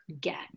get